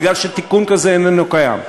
בגלל שתיקון כזה איננו קיים,